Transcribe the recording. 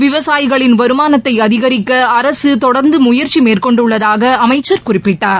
விவசாயிகளின் வருமானத்தை அதிகரிக்க அரசு தொடர்ந்து முயற்சி மேற்கொண்டுள்ளதாக அமைச்சர் குறிப்பிட்டார்